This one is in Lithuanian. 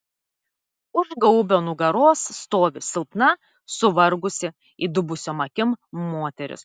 už gaubio nugaros stovi silpna suvargusi įdubusiom akim moteris